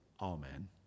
Amen